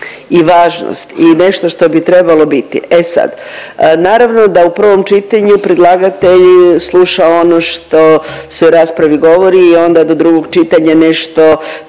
i važnost i nešto što bi trebalo biti. E sad, naravno da u prvom čitanju predlagatelj sluša ono što se u raspravi govori i onda do drugog čitanja nešto